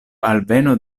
alveno